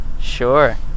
Sure